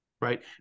right